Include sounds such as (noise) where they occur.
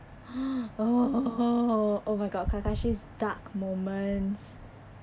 (noise) oh oh my god kakashi's dark moments